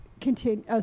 continue